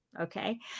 okay